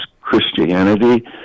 Christianity